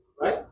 right